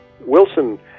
Wilson